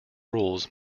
rules